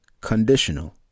conditional